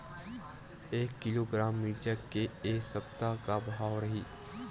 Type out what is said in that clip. एक किलोग्राम मिरचा के ए सप्ता का भाव रहि?